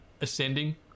ascending